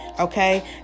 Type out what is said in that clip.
Okay